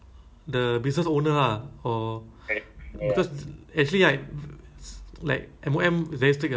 um I heard the store owner kan atau business owner d~ dia orang call the